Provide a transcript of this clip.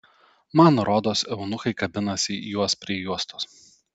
man rodos eunuchai kabinasi juos prie juostos